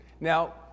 Now